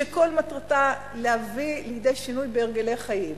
שכל מטרתה להביא לידי שינוי בהרגלי חיים,